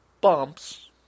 bumps